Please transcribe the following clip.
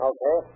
Okay